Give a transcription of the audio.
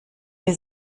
wir